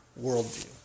worldview